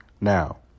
Now